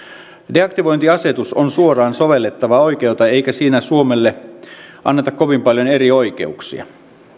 deaktivointiasetus on suoraan sovellettavaa oikeutta eikä siinä suomelle anneta kovin paljon erioikeuksia